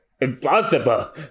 Impossible